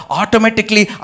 automatically